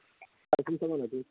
ꯑꯗꯨꯝ ꯆꯞ ꯃꯥꯟꯅꯗꯣꯏꯅꯤ